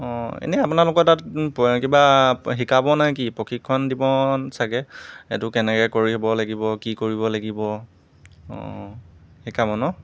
অঁ এনেই আপোনালোকৰ তাত কিবা শিকাব নেকি প্ৰশিক্ষণ দিব চাগে এইটো কেনেকৈ কৰিব লাগিব কি কৰিব লাগিব অঁ শিকাব ন